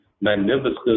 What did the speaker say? magnificent